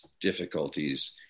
difficulties